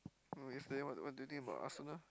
no yesterday what what do you think about Arsenal